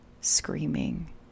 screaming